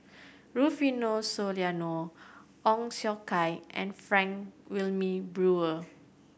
Rufino Soliano Ong Siong Kai and Frank Wilmin Brewer